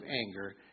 anger